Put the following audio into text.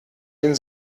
den